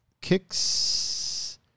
kicks